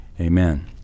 Amen